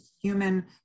human